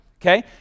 Okay